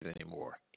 anymore